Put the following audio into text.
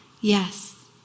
Yes